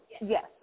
Yes